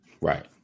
Right